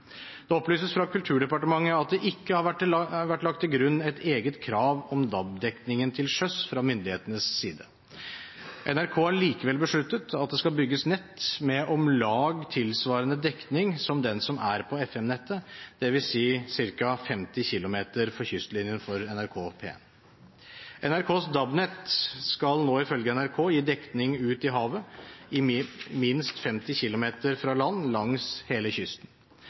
Det opplyses fra Kulturdepartementet at det ikke har vært lagt til grunn et eget krav om DAB-dekningen til sjøs fra myndighetenes side. NRK har likevel besluttet at det skal bygges nett med om lag tilsvarende dekning som den som er på FM-nettet, dvs. ca. 50 km for kystlinjen for NRK P1. NRKs DAB-nett skal nå ifølge NRK gi dekning ut i havet minst 50 km fra land langs hele kysten.